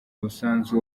umusanzu